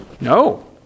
No